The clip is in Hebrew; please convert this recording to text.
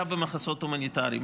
היה במחסות הומניטריים.